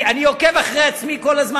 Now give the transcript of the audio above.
אני עוקב אחרי עצמי כל הזמן,